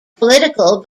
political